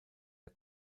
der